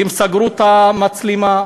הם סגרו את המצלמה,